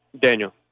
Daniel